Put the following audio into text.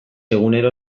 egunero